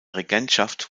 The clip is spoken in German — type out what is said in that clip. regentschaft